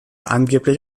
angeblich